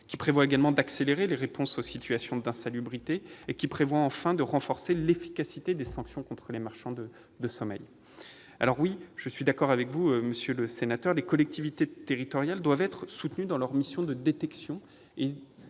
territoriales, accélérer les réponses apportées aux situations d'insalubrité et, enfin, renforcer l'efficacité des sanctions contre les marchands de sommeil. Oui, je suis d'accord avec vous, monsieur le sénateur Gilles, les collectivités territoriales doivent être soutenues dans leurs missions de détection